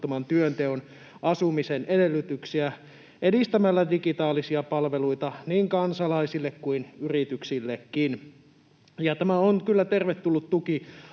työnteon ja asumisen edellytyksiä edistämällä digitaalisia palveluita niin kansalaisille kuin yrityksillekin. Tämä on kyllä tervetullut tuki